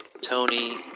Tony